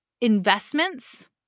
investments